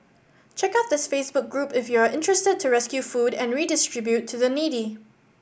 check out this Facebook group if you are interested to rescue food and redistribute to the needy